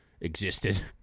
existed